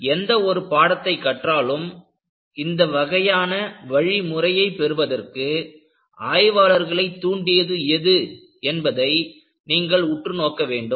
நீங்கள் எந்தவொரு பாடத்தை கற்றாலும் இந்த வகையான வழிமுறையை பெறுவதற்கு ஆய்வாளர்களை தூண்டியது எது என்பதை நீங்கள் உற்று நோக்க வேண்டும்